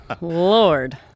lord